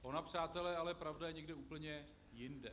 Ona, přátelé, je pravda ale někde úplně jinde.